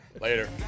Later